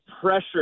pressure